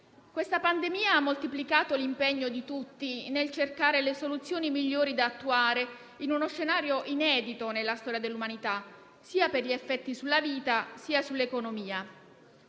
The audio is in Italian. la pandemia ha moltiplicato l'impegno di tutti nel cercare le soluzioni migliori da attuare in uno scenario inedito nella storia dell'umanità per gli effetti sia sulla vita, sia sull'economia.